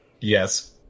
Yes